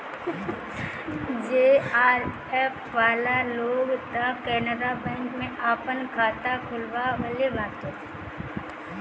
JRF वाला लोग तअ केनरा बैंक में आपन खाता खोलववले बाटे